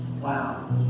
wow